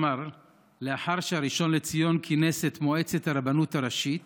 לאחר שהראשון לציון כינס את מועצת הרבנות הראשית